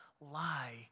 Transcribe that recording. lie